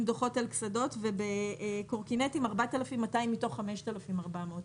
דוחות על קסדות ובקורקינטים 4,200 מתוך 5,400 דוחות.